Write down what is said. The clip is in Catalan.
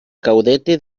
caudete